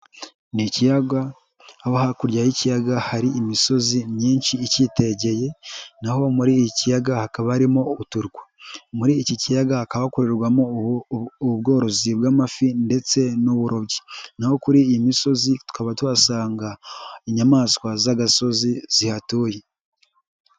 Ni ikiyaga, aho hakurya y'ikiyaga hari imisozi myinshi icyitegeye naho muri iki kiyaga hakaba harimo uturwa. Muri iki kiyaga hakorerwamo ubworozi bw'amafi ndetse n'uburobyi naho kuri iyi misozi tukaba tuhasanga inyamaswa z'agasozi zihatuye.